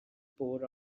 pour